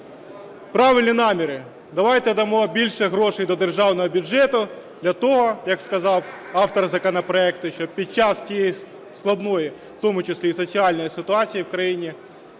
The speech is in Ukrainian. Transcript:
Правильні наміри. Давайте дамо більше грошей до державного бюджету для того, як сказав автор законопроекту, щоб під час цієї складної в тому числі і соціальної ситуації в країні